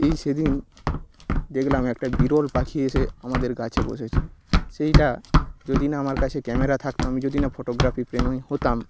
এই সেদিন দেখলাম একটা বিরল পাখি এসে আমাদের গাছে বসেছে সেইটা যদি না আমার কাছে ক্যামেরা থাকতো আমি যদি না ফটোগ্রাফি প্রেমী হতাম